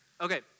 Okay